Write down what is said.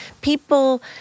people